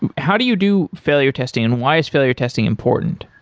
and how do you do failure testing and why is failure testing important?